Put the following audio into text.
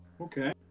okay